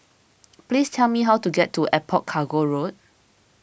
please tell me how to get to Airport Cargo Road